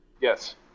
Yes